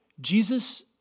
Jesus